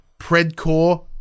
PredCore